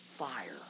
fire